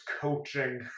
coaching